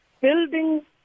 building